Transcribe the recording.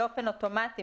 באופן אוטומטי,